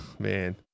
man